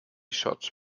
shot